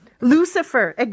Lucifer